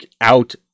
out